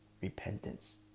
Repentance